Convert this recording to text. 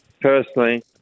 personally